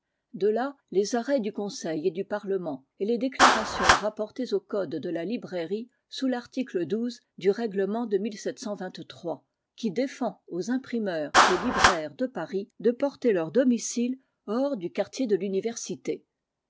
de là les arrêts du conseil et du parlement et les déclarations rapportées au code de la librairie sous larticle du règlement de qui défend aux imprimeurs et libraires de paris de porter leur domicile hors du quartier de l'université